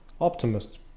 optimist